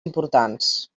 importants